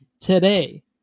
today